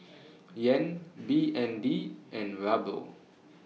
Yen B N D and Ruble